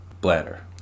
bladder